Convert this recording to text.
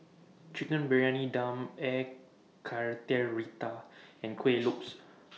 Chicken Briyani Dum Air Karthira and Kuih Lopes